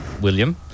William